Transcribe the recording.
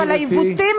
גברתי.